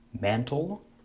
mantle